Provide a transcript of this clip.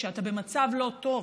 כשאתה במצב לא טוב,